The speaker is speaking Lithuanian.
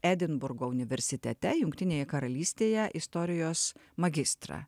edinburgo universitete jungtinėje karalystėje istorijos magistrą